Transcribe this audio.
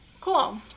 Cool